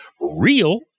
Real